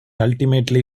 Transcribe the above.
ultimately